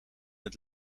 het